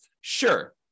Sure